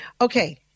Okay